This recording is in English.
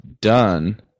done